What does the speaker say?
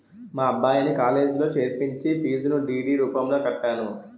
మా అబ్బాయిని కాలేజీలో చేర్పించి ఫీజును డి.డి రూపంలో కట్టాను